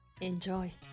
Enjoy